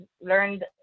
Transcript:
learned